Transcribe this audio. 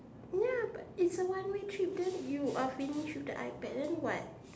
ya but it's a one way trip then you uh finish with the iPad then what